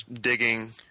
digging